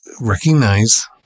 recognize